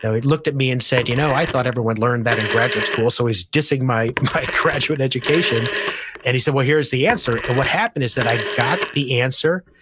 he looked at me and said, you know, i thought everyone learned that in graduate school. so, he's dissing my my graduate education and he said, well, here's the answer. and what happened is that i got the answer,